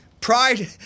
Pride